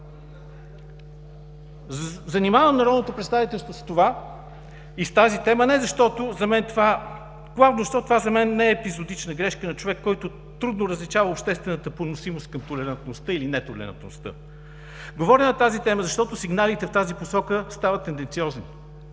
Занимавам народното представителство с тази тема, главно защото това за мен не е епизодична грешка на човек, който трудно различава обществената поносимост към толерантността и нетолерантността. Говоря на тази тема, защото сигналите в тази посока стават тенденциозни.